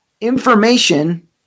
information